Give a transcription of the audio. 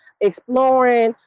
Exploring